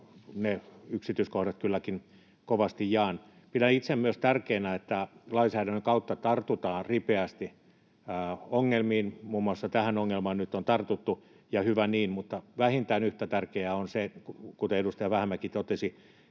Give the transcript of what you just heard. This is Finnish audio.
ne yksityiskohdat kylläkin kovasti jaan. Pidän itse myös tärkeänä, että lainsäädännön kautta tartutaan ripeästi ongelmiin — muun muassa tähän ongelmaan nyt on tartuttu, ja hyvä niin — mutta vähintään yhtä tärkeää on se, kuten edustaja Vähämäki totesi,